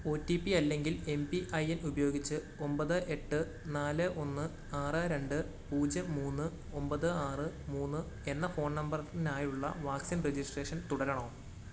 O T P അല്ലെങ്കിൽ M P I N ഉപയോഗിച്ച് ഒമ്പത് എട്ട് നാല് ഒന്ന് ആറ് രണ്ട് പൂജ്യം മൂന്ന് ഒമ്പത് ആറ് മൂന്ന് എന്ന ഫോൺ നമ്പറിനായുള്ള വാക്സിൻ രജിസ്ട്രേഷൻ തുടരണോ